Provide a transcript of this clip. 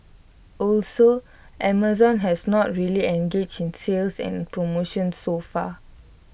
also Amazon has not really engaged in sales and promotions so far